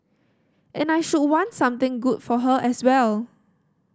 and I should want something good for her as well